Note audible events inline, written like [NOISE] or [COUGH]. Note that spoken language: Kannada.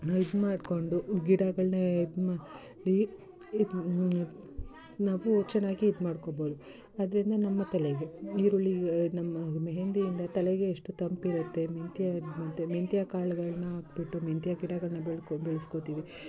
ಇದು ಮಾಡಿಕೊಂಡು ಗಿಡಗಳನ್ನ ಇದು ಮಾಡಿ ಇದು ನಾವು ಚೆನ್ನಾಗಿ ಇದು ಮಾಡ್ಕೊಳ್ಬೋದು ಅದರಿಂದ ನಮ್ಮ ತಲೆಗೆ ಈರುಳ್ಳಿ ನಮ್ಮ ಮೆಹೆಂದಿಯಿಂದ ತಲೆಗೆ ಎಷ್ಟು ತಂಪಿರುತ್ತೆ ಮೆಂತ್ಯ [UNINTELLIGIBLE] ಮೆಂತ್ಯ ಕಾಳುಗಳ್ನ ಹಾಕ್ಬಿಟ್ಟು ಮೆಂತ್ಯ ಗಿಡಗಳನ್ನ ಬೆಳ್ಕೊಂಡು ಬೆಳ್ಸ್ಕೊಳ್ತೀವಿ